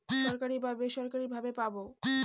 সরকারি বা বেসরকারি ভাবে পাবো